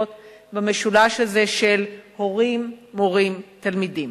במשולש הזה של הורים מורים תלמידים.